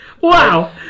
Wow